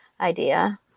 idea